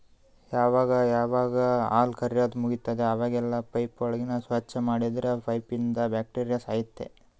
ಯಾವಾಗ್ ಯಾವಾಗ್ ಹಾಲ್ ಕರ್ಯಾದ್ ಮುಗಿತದ್ ಅವಾಗೆಲ್ಲಾ ಪೈಪ್ಗೋಳ್ ಸ್ವಚ್ಚ್ ಮಾಡದ್ರ್ ಪೈಪ್ನಂದ್ ಬ್ಯಾಕ್ಟೀರಿಯಾ ಸಾಯ್ತವ್